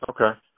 okay